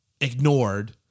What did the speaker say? ignored